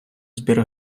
збір